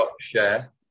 share